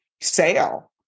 sale